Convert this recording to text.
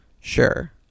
sure